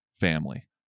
family